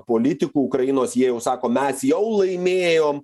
politikų ukrainos jie jau sako mes jau laimėjom